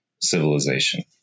civilization